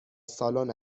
سالن